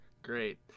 Great